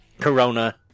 corona